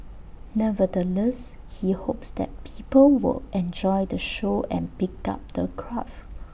nevertheless he hopes that people will enjoy the show and pick up the craft